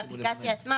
האפליקציה עצמה,